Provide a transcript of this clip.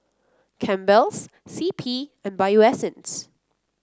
Campbell's C P and Bio Essence